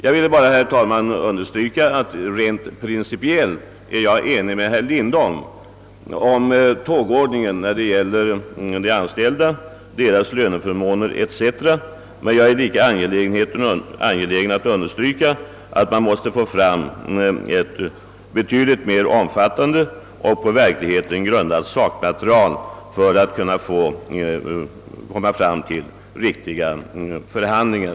Jag ville bara, herr talman, understryka att jag rent principiellt är enig med herr Lindholm om tågordningen när det gäller de anställda, deras löneförmåner etc., men jag är lika angelägen om att understryka att man måste få fram ett betydligt mer omfattande och på verkligheten grundat sakmaterial för att kunna komma fram till riktiga förhandlingar.